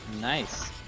Nice